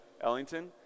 Ellington